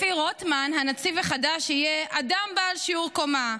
לפי רוטמן הנציב החדש יהיה אדם בעל שיעור קומה.